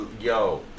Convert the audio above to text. yo